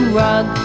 rug